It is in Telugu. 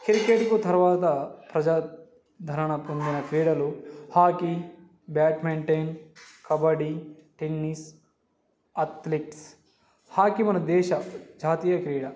క్రికెట్కు తర్వాత ప్రజాధారణ పొందిన క్రీడలు hockey badminton kabaddi tennis athletes hockey మన దేశ జాతీయ క్రీడ